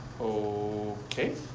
Okay